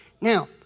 Now